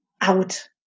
out